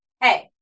hey